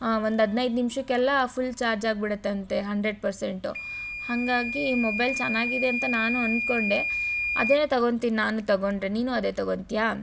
ಹಾಂ ಒಂದು ಹದಿನೈದು ನಿಮಿಷಕ್ಕೆಲ್ಲ ಫುಲ್ ಚಾರ್ಜ್ ಆಗಿಬಿಡತ್ತಂತೆ ಹಂಡ್ರೆಡ್ ಪರ್ಸೆಂಟು ಹಾಗಾಗಿ ಮೊಬೈಲ್ ಚೆನ್ನಾಗಿದೆ ಅಂತ ನಾನು ಅಂದ್ಕೊಂಡೆ ಅದನ್ನೇ ತಗೋತೀನ್ ನಾನು ತಗೊಂಡರೆ ನೀನು ಅದೇ ತಗೋತ್ಯಾ